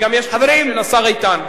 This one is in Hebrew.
יש גם, של השר איתן.